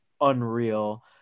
unreal